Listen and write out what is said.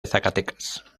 zacatecas